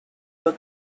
were